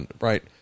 Right